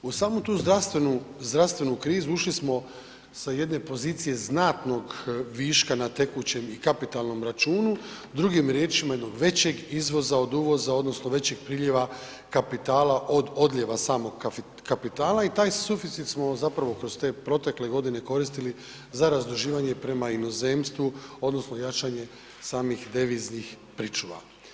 U samu tu zdravstvenu krizu ušli smo sa jedne pozicije znatnog viška na tekućem i kapitalnom računu drugim riječima jednog većeg izvoza od uvoza odnosno većeg priljeva kapitala od odljeva samog kapitala i taj suficit smo zapravo kroz te protekle godine koristili za razduživanje prema inozemstvu odnosno jačanje samih deviznih pričuva.